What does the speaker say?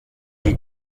die